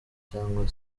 cyangwa